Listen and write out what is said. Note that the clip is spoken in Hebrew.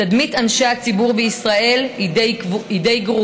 תדמית אנשי הציבור בישראל היא די גרועה.